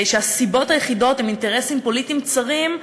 כשהסיבות היחידות הן אינטרסים פוליטיים צרים,